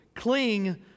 Cling